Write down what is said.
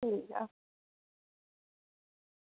ठीक ऐ